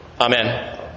Amen